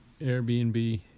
Airbnb